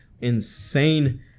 insane